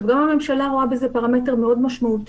גם הממשלה רואה בזה פרמטר מאוד משמעותי.